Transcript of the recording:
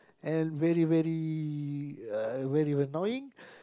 and very very uh very annoying